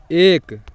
एक